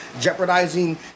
jeopardizing